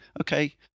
okay